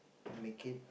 make it